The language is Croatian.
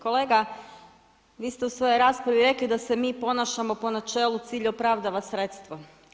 Kolega, vi ste u svojoj raspravi rekli da se mi ponašamo po načelu cilj opravdava sredstvo.